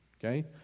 okay